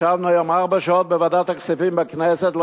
ישבנו היום ארבע שעות בוועדת הכספים בכנסת ולא